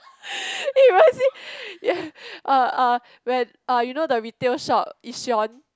ya uh uh when uh you know the retail shop Yishion